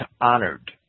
honored